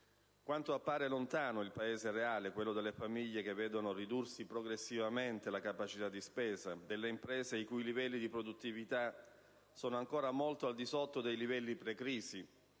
Appare lontano il Paese reale, quello delle famiglie che vedono ridursi progressivamente la capacità di spesa; delle imprese i cui livelli di produttività sono ancora molto al di sotto dei livelli pre-crisi;